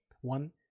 one